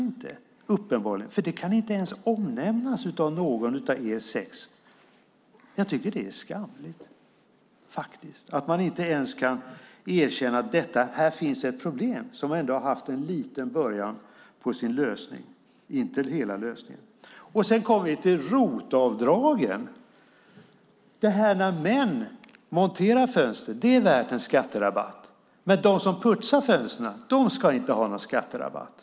Det kan inte ens omnämnas av någon av er. Jag tycker att det är skamligt att man inte ens kan erkänna detta. Här finns ett problem som har börjat få sin lösning, dock inte hela lösningen. Sedan kommer vi till ROT-avdragen. Det är värt en skatterabatt när män monterar fönster, men de som putsar fönstren ska inte ha någon skatterabatt.